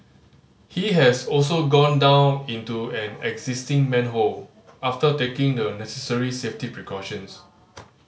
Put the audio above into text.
he has also gone down into an existing manhole after taking the necessary safety precautions